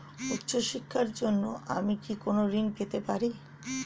উচ্চশিক্ষার জন্য আমি কি কোনো ঋণ পেতে পারি?